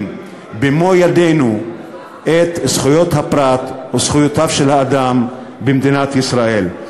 במו-ידינו את זכויות הפרט וזכויותיו של האדם במדינת ישראל.